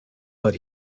but